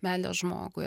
meilę žmogui